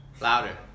Louder